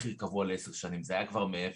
במחיר קבוע לעשר שנים וזה היה כבר מעבר.